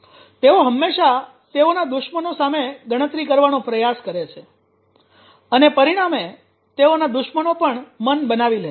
તેઓ હંમેશાં તેઓના દુશ્મનો સામે ગણતરી કરવાનો પ્રયાસ કરે છે અને પરિણામે તેઓના દુશ્મનો પણ મન બનાવી લે છે